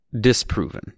disproven